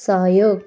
सहयोग